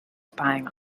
spying